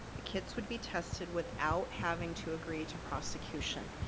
the kits would be tested without having to agree to prosecution.